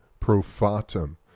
Profatum